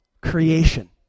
creation